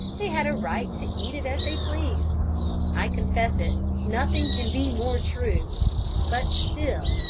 they had a right to eat it as they pleased i confess it nothing can be more true but still,